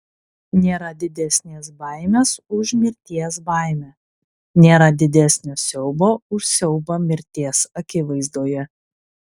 nėra didesnės baimės už mirties baimę nėra didesnio siaubo už siaubą mirties akivaizdoje